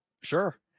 Sure